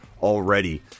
already